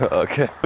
ah okay! but